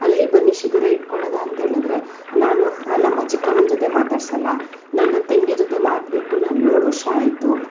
ಅಲ್ಲಿ ಬನ್ನಿ ಶಿಬಿರ ಇಟ್ಕೊಳ್ಳೋದು ಅಂಥೇಳಿದರೆ ನಾನು ನಮ್ಮ ಚಿಕ್ಕಮ್ಮನ ಜೊತೆ ಮಾತಾಡಿಸಲ್ಲ ನನ್ನ ತಂಗಿ ಜೊತೆ ಮಾತು ಬಿಟ್ಟು ನಾನು ಏಳು ವರ್ಷ ಆಯಿತು